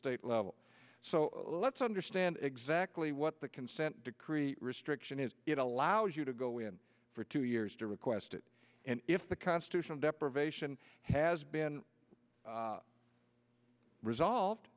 state level so let's understand exactly what the consent decree restriction is it allows you to go in for two years to request it and if the constitutional deprivation has been resolved